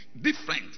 Different